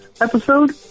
episode